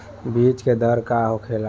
बीज के दर का होखेला?